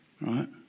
Right